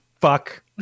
fuck